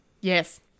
yes